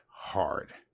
Hard